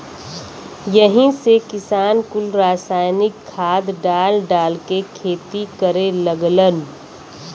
यही से किसान कुल रासायनिक खाद डाल डाल के खेती करे लगलन